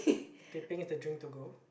teh peng is the drink to go